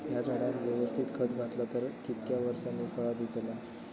हया झाडाक यवस्तित खत घातला तर कितक्या वरसांनी फळा दीताला?